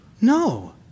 No